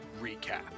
Recap